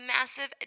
massive